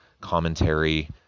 commentary